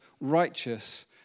righteous